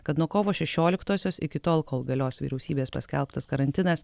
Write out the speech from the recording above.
kad nuo kovo šešioliktosios iki tol kol galios vyriausybės paskelbtas karantinas